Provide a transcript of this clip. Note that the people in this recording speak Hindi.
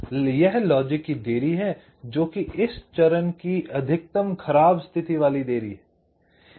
यह लॉजिक की देरी है जोकि इस चरण की अधिकतम खराब स्थिति वाली देरी है